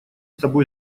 тобой